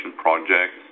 projects